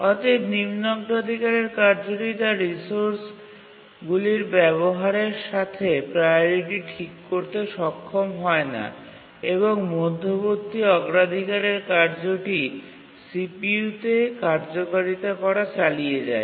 অতএব নিম্ন অগ্রাধিকারের কার্যটি তার রিসোর্স গুলির ব্যবহারের সাথে প্রাওরিটি ঠিক করতে সক্ষম হয় না এবং মধ্যবর্তী অগ্রাধিকারের কার্যটি CPU তে কার্যকারিতা করা চালিয়ে যায়